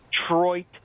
Detroit